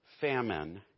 famine